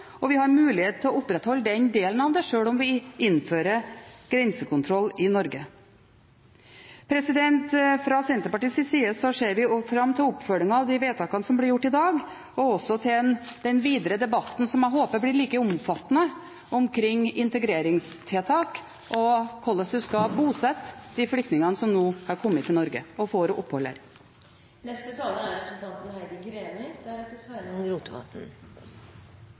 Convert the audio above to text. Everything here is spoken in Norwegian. og vi har mulighet til å opprettholde den delen av det sjøl om vi innfører grensekontroll i Norge. Fra Senterpartiets side ser vi fram til oppfølgingen av de vedtakene som blir gjort i dag, og også til den videre debatten – som jeg håper blir like omfattende – om integreringstiltak og om hvordan man skal bosette de flyktningene som nå er kommet til Norge, og som får opphold her. Jeg må si at jeg er